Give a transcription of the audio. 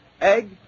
egg